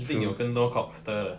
一定有更多 cockster 的